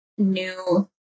new